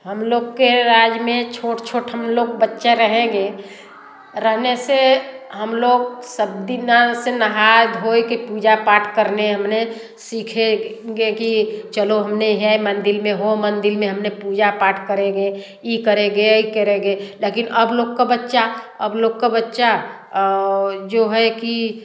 हम लोग के राज में छोट छोट हम लोग बच्चा रहेंगे रहने से हम लोग सब दिना से नहाय धोए के पूजा पाठ करने हमने सीखेंगे कि चलो हमने है मंदिर में हो मंदिर में हमने पूजा पाठ करेंगे ई करेंगे ई करेंगे लेकिन अब लोग का बच्चा अब लोग का बच्चा जो हय कि